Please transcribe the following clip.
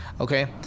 Okay